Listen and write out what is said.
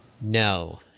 No